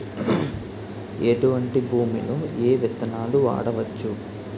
ఎటువంటి భూమిలో ఏ విత్తనాలు వాడవచ్చు?